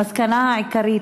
המסקנה העיקרית,